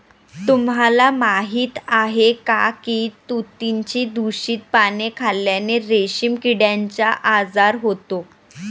तुम्हाला माहीत आहे का की तुतीची दूषित पाने खाल्ल्याने रेशीम किड्याचा आजार होतो